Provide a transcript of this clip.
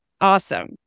awesome